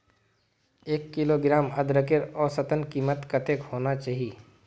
एक किलोग्राम अदरकेर औसतन कीमत कतेक होना चही?